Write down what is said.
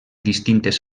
distintes